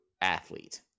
athlete